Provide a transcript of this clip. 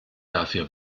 dafür